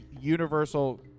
Universal